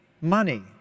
money